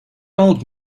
old